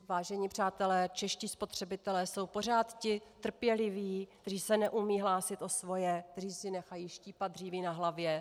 Vážení přátelé, čeští spotřebitelé jsou pořád ti trpěliví, kteří se neumí hlásit o svoje, kteří si nechají štípat dříví na hlavě.